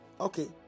Okay